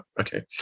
okay